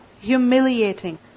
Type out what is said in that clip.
humiliating